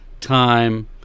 time